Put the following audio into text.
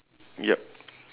ya